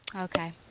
Okay